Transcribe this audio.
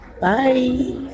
bye